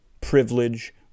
privilege